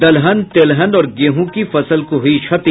दलहन तेलहन और गेहूं की फसल को हुयी क्षति